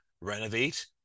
renovate